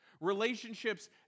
Relationships